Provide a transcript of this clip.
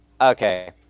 Okay